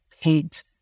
paint